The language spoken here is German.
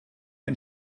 ein